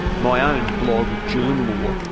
my own blog, journlaw,